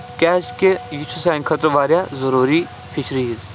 کیازِ کہِ یہِ چھُ سانہِ خٲطرٕ واریاہ ضروٗری فِشریٖز